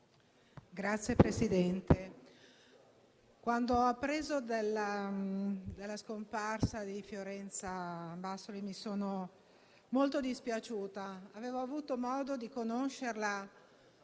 Signor Presidente, quando ho appreso della scomparsa di Fiorenza Bassoli mi sono molto dispiaciuta. Avevo avuto modo di conoscerla